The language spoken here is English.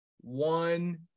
One